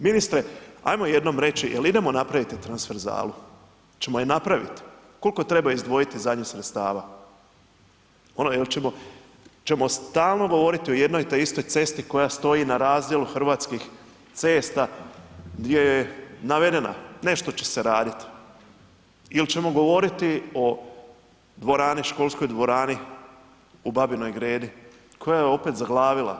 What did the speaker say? Ministre ajmo jednom reći jel idemo napraviti transverzalu, pa ćemo ju napraviti, koliko treba izdvojiti za nju sredstava, ono jel ćemo stalno govoriti o jedno te istoj cesti koja stoji na razdjelu Hrvatskih cesta gdje je navedena, nešto će se raditi ili ćemo govoriti o dvorani, školskoj dvorani u Babinoj Gredi koja je opet zaglavila.